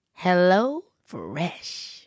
HelloFresh